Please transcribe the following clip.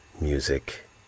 music